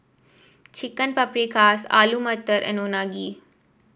Chicken Paprikas Alu Matar and Unagi